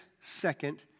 second